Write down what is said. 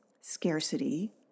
scarcity